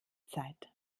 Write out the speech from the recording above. zeit